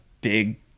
big